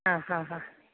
ആ ഹാ ഹ